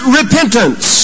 repentance